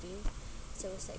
so it's like